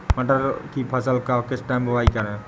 मटर की फसल का किस टाइम बुवाई करें?